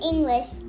English